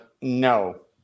No